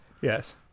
Yes